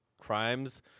crimes